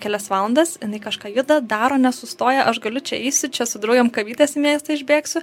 kelias valandas jinai kažką juda daro nesustoja aš galiu čia eisiu čia su draugėm kavytės į miestą išbėgsiu